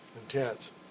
intense